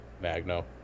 Magno